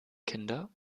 kinder